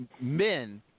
men